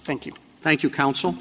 thank you thank you counsel